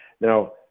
Now